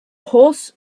horse